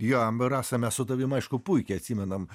jo rasa mes su tavim aišku puikiai atsimenam